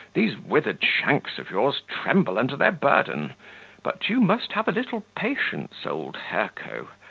these withered shanks of yours tremble under their burden but you must have a little patience, old hirco!